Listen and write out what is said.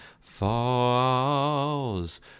falls